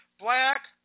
black